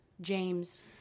James